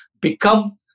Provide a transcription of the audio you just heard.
become